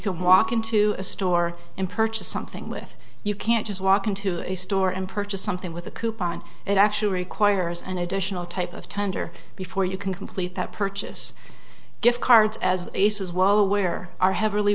can walk into a store and purchase something with you can't just walk into a store and purchase something with a coupon and it actually requires an additional type of tender before you can complete that purchase gift cards as ace is well aware are heavily